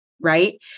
Right